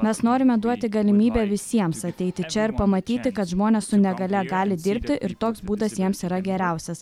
mes norime duoti galimybę visiems ateiti čia ir pamatyti kad žmonės su negalia gali dirbti ir toks būdas jiems yra geriausias